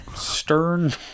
Stern